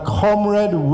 comrade